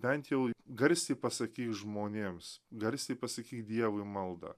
bent jau garsiai pasakyk žmonėms garsiai pasakyk dievui maldą